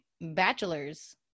bachelor's